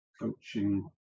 coaching